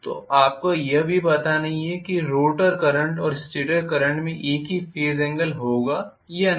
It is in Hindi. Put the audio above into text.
तो आपको यह भी पता नहीं है कि रोटर करंट और स्टेटर करंट में एक ही फेज़ एंगल होगा या नहीं